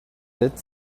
did